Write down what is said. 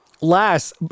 Last